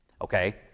Okay